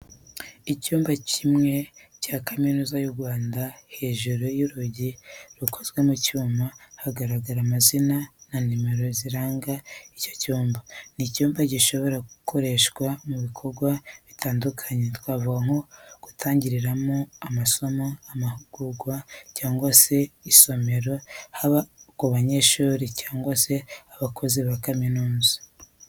Icyumba kimwe cya kaminuza yu Rwanda, hejuru y'urugi rukozwe mu cyuma hagaragara amazina na nomero ziranga icyo cyumba. Ni icyumba gishobora gukoreshwa mu bikorwa bitandukanye, twavuga nko gutangirwamo amasomo, amahugurwa, cyangwa se isomero haba ku banyeshuri cyangwa abakozi ba kaminuza.